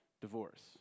divorce